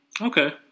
Okay